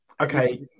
okay